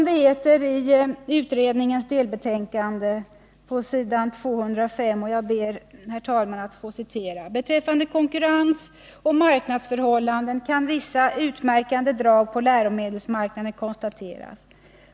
Det heter på s. 205 i utredningens delbetänkande: ”Beträffande konkurrensoch marknadsförhållanden kan vissa utmärkande drag på läromedelsmarknaden konstateras.